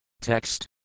Text